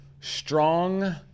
strong